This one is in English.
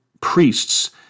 priests